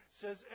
says